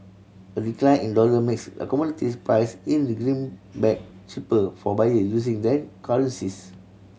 a decline in the dollar makes a commodities priced in the greenback cheaper for buyer using then currencies